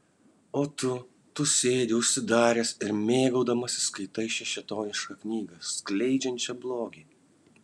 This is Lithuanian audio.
o tu tu sėdi užsidaręs ir mėgaudamasis skaitai šią šėtonišką knygą skleidžiančią blogį